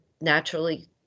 naturally